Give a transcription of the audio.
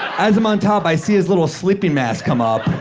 as i'm on top, i see his little sleeping mask come up.